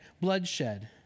bloodshed